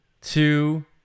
two